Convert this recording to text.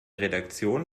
redaktion